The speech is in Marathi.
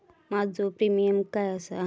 माझो प्रीमियम काय आसा?